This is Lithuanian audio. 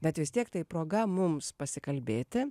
bet vis tiek tai proga mums pasikalbėti